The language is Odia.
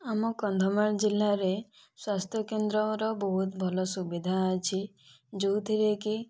ଆମ କନ୍ଧମାଳ ଜିଲ୍ଲା ରେ ସ୍ୱାସ୍ଥ୍ୟକେନ୍ଦ୍ରର ବହୁତ ଭଲ ସୁବିଧା ଅଛି ଯେଉଁଥିରେ କି